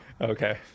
Okay